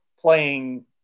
playing